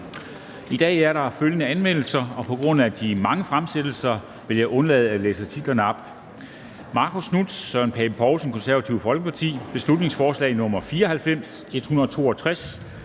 I dag er der følgende anmeldelser – og på grund af de mange fremsættelser vil jeg undlade at læse titlerne op: Marcus Knuth (KF) og Søren Pape Poulsen (KF): Beslutningsforslag nr. B 94